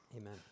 amen